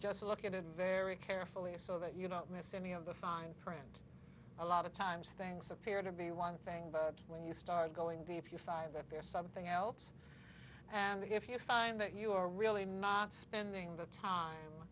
just look at it very carefully so that you don't miss any of the fine print a lot of times things appear to be one thing but when you start going deep you five that there's something else and if you find that you're really not spending the time